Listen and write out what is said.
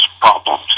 problems